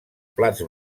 plats